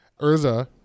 Urza